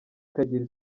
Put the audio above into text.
ikagira